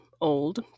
old